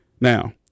Now